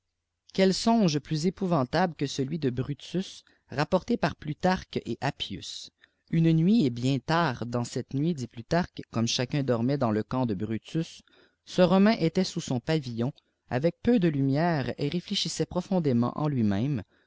quel songe plus épouyantable que celui de brutus rapporté par plutarqueet appius une nuk et bien tard dans cette nuit dit plutarque comme chacun dormait dans le camp debrutus ce bomain était sous son pavillon avec peu de lumière et réfléchissait profondément en lui-même